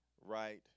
right